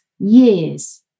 Years